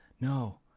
No